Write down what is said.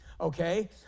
okay